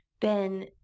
Ben